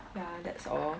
ya that's all